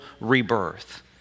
rebirth